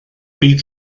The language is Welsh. bydd